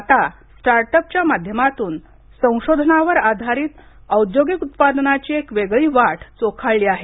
आता startup च्या माध्यमातून संशोधनावर आधारित औद्योगिक उत्पादनाची एक वेगळी वाट चोखाळली आहे